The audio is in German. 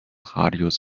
radius